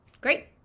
Great